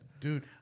Dude